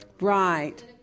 Right